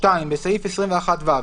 "(2)בסעיף 21(ו),